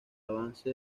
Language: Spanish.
avance